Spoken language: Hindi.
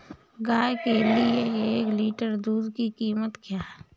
गाय के एक लीटर दूध की कीमत क्या है?